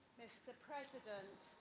mr. president,